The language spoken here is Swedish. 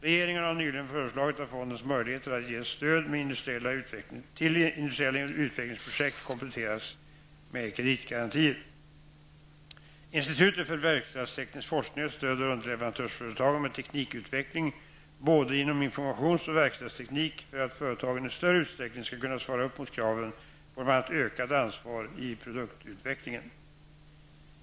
Regeringen har nyligen föreslagit att fondens möjligheter att ge stöd till industriella utvecklingsprojekt kompletteras med kreditgarantier. Institutet för verkstadsteknisk forskning stöder underleverantörsföretagen med teknikutveckling både inom informations och verkstadsteknik för att företagen i större utsträckning skall kunna svara upp mot kraven på bl.a. ökat ansvar i produktutvecklingen.